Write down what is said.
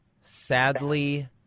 sadly